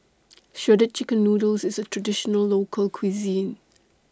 Shredded Chicken Noodles IS A Traditional Local Cuisine